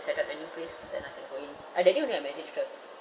set up a new place then I can go in ah that day only I messaged her